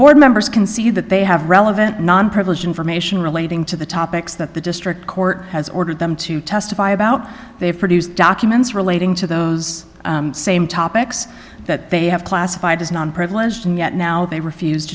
board members can see that they have relevant non privileged information relating to the topics that the district court has ordered them to testify about they produce documents relating to those same topics that they have classified as non privileged and yet now they refuse